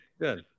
Good